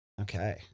Okay